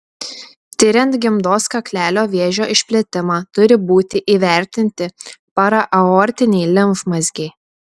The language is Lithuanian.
tiriant gimdos kaklelio vėžio išplitimą turi būti įvertinti paraaortiniai limfmazgiai